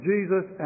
Jesus